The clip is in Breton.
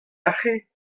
aze